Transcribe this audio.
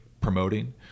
promoting